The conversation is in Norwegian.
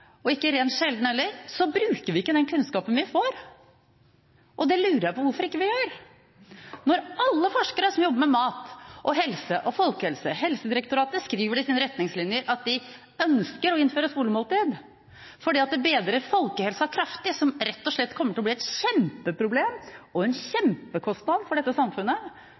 og ikke rent sjelden heller – bruker vi ikke den kunnskapen vi får. Og det lurer jeg på hvorfor vi ikke gjør, når alle forskere som jobber med mat og helse og folkehelse – og som Helsedirektoratet skriver i sine retningslinjer – ønsker å innføre skolemåltid fordi det bedrer folkehelsa kraftig. Det kommer rett og slett til å bli et kjempeproblem og en kjempekostnad for dette samfunnet.